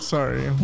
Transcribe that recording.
Sorry